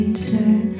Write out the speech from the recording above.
turn